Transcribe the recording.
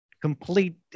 complete